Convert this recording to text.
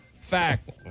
fact